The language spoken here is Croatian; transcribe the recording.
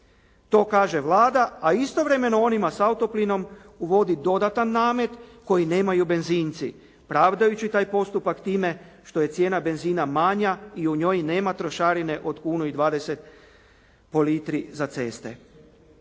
To kaže Vlada, a istovremeno onima sa auto plinom uvodi dodatan namet koji nemaju benzinci, pravdajući taj postupak time što je cijena benzina manja i u njoj nema trošarine od kunu 20 po litri za ceste.